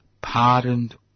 Pardoned